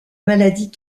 maladie